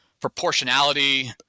proportionality